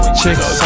chicks